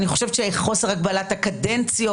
בגלל חוסר הגבלת הקדנציות,